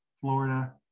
Florida